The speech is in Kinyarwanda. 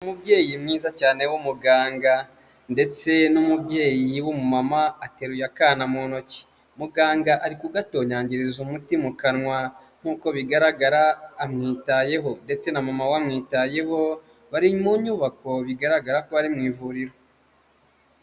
Umubyeyi mwiza cyane w'umuganga ndetse n'umubyeyi w'umumama ateruye akana mu ntoki. Muganga ari kugatonyangiriza umuti mu kanwa, nkuko bigaragara amwitayeho ndetse na mama we amwitayeho bari mu nyubako bigaragara ko ari mu ivuriro.